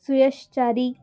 Suyash Chari